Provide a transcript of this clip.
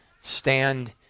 stand